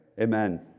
amen